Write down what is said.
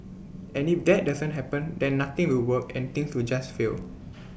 and if that doesn't happen then nothing will work and things will just fail